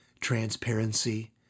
transparency